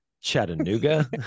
Chattanooga